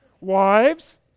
Wives